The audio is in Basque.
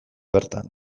bertan